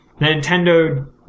Nintendo